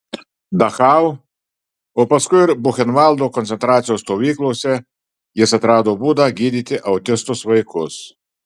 dachau o paskui ir buchenvaldo koncentracijos stovyklose jis atrado būdą gydyti autistus vaikus